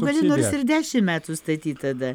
gali nors ir dešimt metų statyt tada